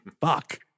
fuck